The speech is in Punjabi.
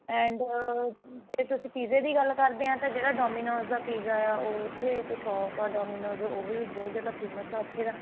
ਐਂਡ ਜੇ ਤੁਸੀਂ ਪੀਜ਼ੇ ਦੀ ਗੱਲ ਕਰਦੇ ਆ ਤਾਂ ਜਿਹੜਾ ਡੋਮੀਨੋਜ ਦਾ ਪੀਜ਼ਾ ਆ ਉਹ ਉੱਥੇ ਇੱਕ ਸ਼ੌਪ ਆ ਡੋਮੀਨੋਜ਼ ਉਹ ਵੀ ਬਹੁਤ ਜ਼ਿਆਦਾ ਫੇਮਸ ਆ ਉੱਥੇ ਦਾ